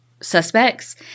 suspects